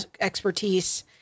expertise